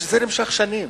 זה נמשך שנים,